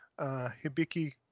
Hibiki